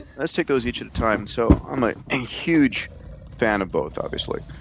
let's take those each at a time. so i'm ah a huge fan of both, obviously.